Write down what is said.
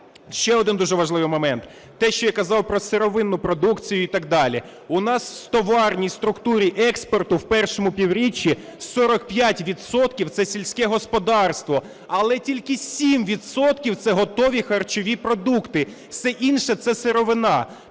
Ще один дуже важливий момент – те, що я казав про сировинну продукцію і так далі. У нас у товарній структурі експорту в першому півріччі 45 відсотків – це сільське господарство. Але тільки 7 відсотків – це готові харчові продукти, все інше – це сировина.